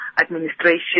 administration